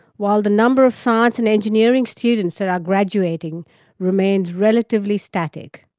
while the number of science and engineering students that are graduating remains relatively static.